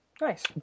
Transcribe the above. Nice